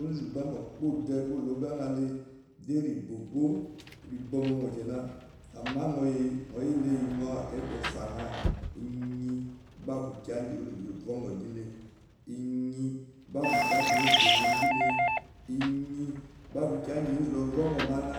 Onzu gba nyo kpo o de gba ologa nyale de regogo rebo nyo mo kina ama nyo yele yinyo akaiba ofa nyo iye gba akukiya ngi onzu la vongou ngile inyi gba aku kiya ngi onzu la wongi enu louvongou ma nya